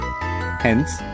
Hence